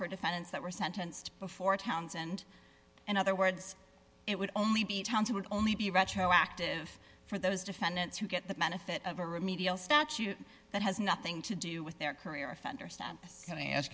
for defendants that were sentenced before towns and in other words it would only be towns who would only be retroactive for those defendants who get the benefit of a remedial statute that has nothing to do with their career offender status and i ask